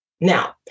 Now